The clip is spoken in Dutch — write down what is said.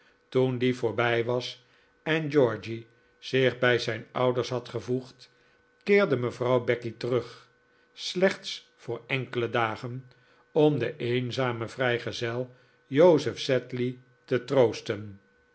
toen die voorbij was en georgy zich bij zijn ouders had gevoegd keerde mevrouw becky terug slechts voor enkele dagen om den eenzamen vrijgezel joseph sedley te troosten